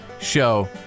show